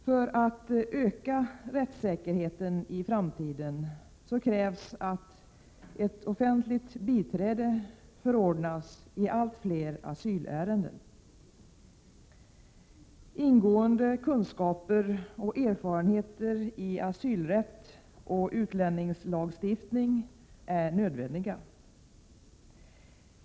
För att öka rättssäkerheten i framtiden krävs att ett offentligt biträde förordnas i allt fler asylärenden. Ingående kunskaper och erfarenheter i asylrätt och utlänningslagstiftning är nödvändiga.